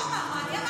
הוא אמר, אני אמרתי?